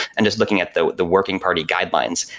and just looking at though the working party guidelines.